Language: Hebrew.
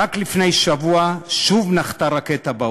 רק לפני שבוע שוב נחתה רקטה בעוטף.